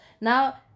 Now